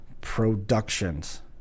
Productions